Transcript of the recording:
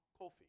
Kofi